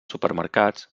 supermercats